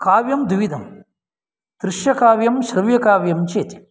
काव्यं द्विविधं दृश्यकाव्यं श्रव्यकाव्यं चेति